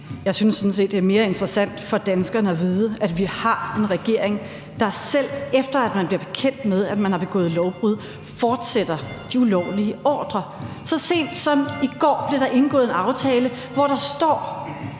set, det er mere interessant for danskerne at vide, at vi har en regering, der selv efter at man bliver bekendt med, at man har begået lovbrud, fortsætter de ulovlige ordrer. Så sent som i går blev der indgået en aftale, hvor der står,